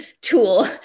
tool